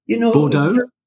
Bordeaux